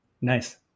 Nice